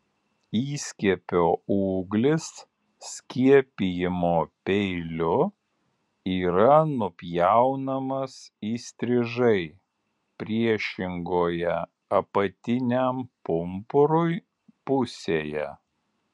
įskiepio ūglis skiepijimo peiliu yra nupjaunamas įstrižai priešingoje apatiniam pumpurui pusėje